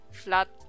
flat